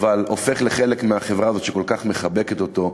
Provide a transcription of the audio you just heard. הופך לחלק מהחברה הזאת, שכל כך מחבקת אותו.